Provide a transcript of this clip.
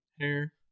hair